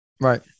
Right